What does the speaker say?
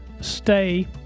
stay